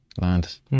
land